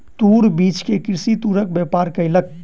तूर बीछ के कृषक तूरक व्यापार केलक